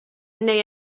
neu